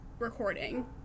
recording